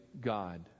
God